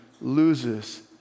loses